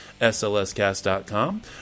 slscast.com